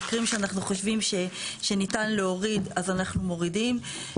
במקרים שאנחנו חושבים שניתן להוריד אז אנחנו מורידים.